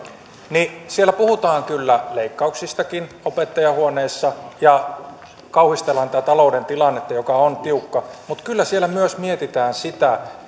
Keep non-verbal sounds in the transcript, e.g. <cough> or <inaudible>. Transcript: siellä puhutaan kyllä leikkauksistakin opettajainhuoneessa ja kauhistellaan tätä talouden tilannetta joka on tiukka mutta kyllä siellä myös mietitään sitä <unintelligible>